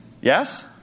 Yes